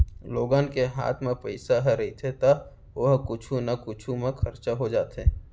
लोगन के हात म पइसा ह रहिथे त ओ ह कुछु न कुछु म खरचा हो जाथे